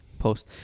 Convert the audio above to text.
post